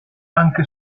anche